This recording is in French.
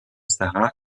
sara